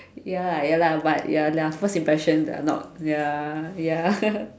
ya lah ya lah their first impression are not ya ya ya